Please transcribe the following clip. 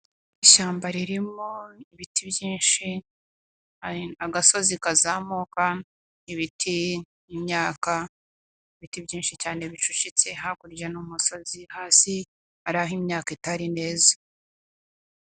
Ishyamba ririmo ibiti byinshi, agasozi kazamuka, ibiti, imyaka, ibiti byinshi cyane bicucitse, hakurya n'umusozi, hasi hari aho imyaka itari neza.